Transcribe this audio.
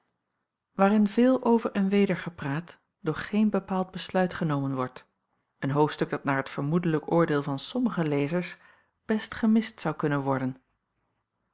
waarin veel over en weder gepraat doch geen bepaald besluit genomen wordt een hoofdstuk dat naar t vermoedelijk oordeel van sommige lezers best gemist zou kunnen worden